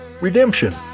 redemption